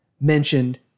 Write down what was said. mentioned